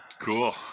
Cool